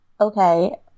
okay